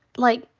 like,